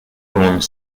bone